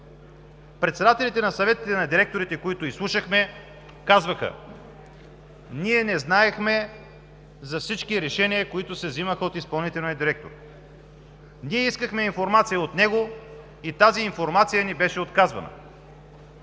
Председателите на Съвета на директорите, които изслушахме, казваха: „Ние не знаехме за всички решения, които се взимаха от изпълнителния директор. Ние искахме информация от него и тази информация ни беше отказвана.“